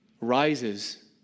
rises